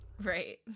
Right